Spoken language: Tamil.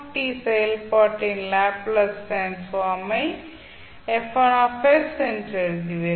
f1 செயல்பாட்டின் லேப்ளேஸ் டிரான்ஸ்ஃபார்ம் ஐ F1 என்று எழுதுவீர்கள்